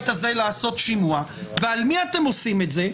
הזה לעשות להם שימוע ועל מי אתם עושים את זה?